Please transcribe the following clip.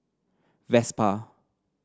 Vespa